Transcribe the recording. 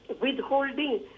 withholding